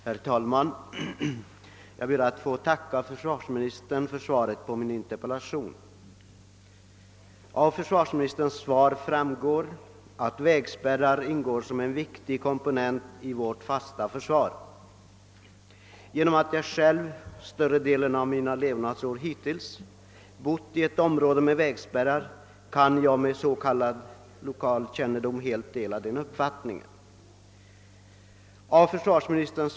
Herr talman! Jag ber att få tacka försvarsministern för svaret på min interpellation. Svaret visar att vägspärrar ingår som en viktig komponent i vårt fasta försvar. Genom att jag själv större delen av mina levnadsår hittills bott i ett område med vägspärrar kan jag med s.k. lokalkännedom helt ansluta mig till denna uppfattning.